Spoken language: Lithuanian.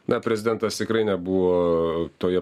na prezidentas tikrai nebuvo toje